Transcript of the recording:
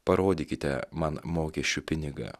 parodykite man mokesčių pinigą